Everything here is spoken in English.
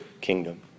kingdom